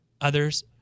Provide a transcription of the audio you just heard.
others